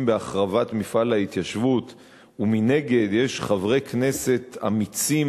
בהחרבת מפעל ההתיישבות ומנגד יש חברי כנסת אמיצים,